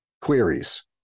queries